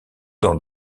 dans